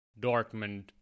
Dortmund